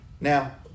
Now